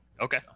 Okay